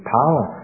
power